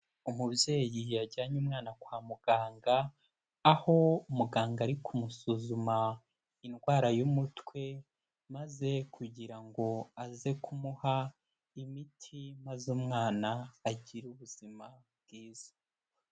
Umubyeyi yajyanye umwana kwa muganga aho muganga ari kumusuzuma indwara y'umutwe maze kugira ngo aze kumuha imiti maze umwana agire ubuzima bwiza.